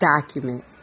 document